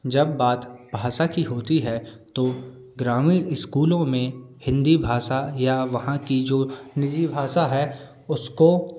जब बात भाषा की होती है तो ग्रामीण इस्कूलों में हिंदी भाषा या वहाँ की जो निजी भाषा है उसको